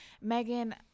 Megan